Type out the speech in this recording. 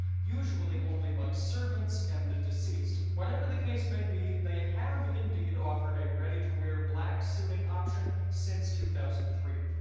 usually only by servants and the deceased. whatever the case may be, they have indeed offered a ready to wear black suiting option since two thousand and three,